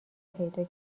پیدا